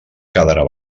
quedara